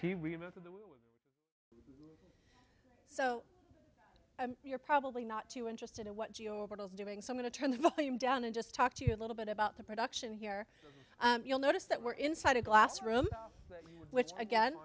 me so you're probably not too interested in doing so going to turn the volume down and just talk to you a little bit about the production here you'll notice that were inside a glass room which again